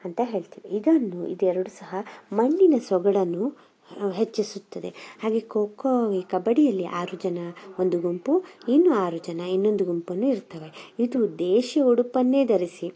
ಅಂತ ಹೇಳ್ತೀವಿ ಇದೊಂದು ಇದು ಎರಡು ಸಹ ಮಣ್ಣಿನ ಸೊಗಡನ್ನು ಹೆಚ್ಚಿಸುತ್ತದೆ ಹಾಗೇ ಕೋಕ್ಕೋ ಈ ಕಬಡ್ಡಿ ಅಲ್ಲಿ ಆರು ಜನ ಒಂದು ಗುಂಪು ಇನ್ನು ಆರು ಜನ ಇನ್ನೊಂದು ಗುಂಪನ್ನು ಇರ್ತವೆ ಇದು ದೇಶಿ ಉಡುಪನ್ನೆ ಧರಿಸಿ